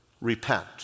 Repent